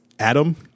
Adam